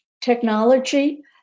technology